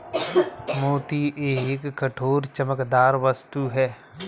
मोती एक कठोर, चमकदार वस्तु है